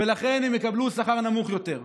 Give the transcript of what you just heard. ולכן הן יקבלו שכר נמוך יותר.